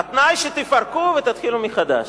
התנאי שתפרקו ותתחילו מחדש.